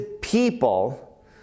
people